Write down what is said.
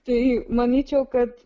tai manyčiau kad